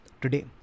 today